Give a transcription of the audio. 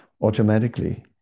automatically